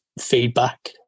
feedback